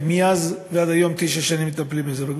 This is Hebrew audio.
שמאז ועד היום, תשע שנים, מטפלים בהן.